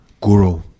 guru